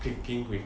clicking with